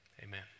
amen